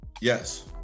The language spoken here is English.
Yes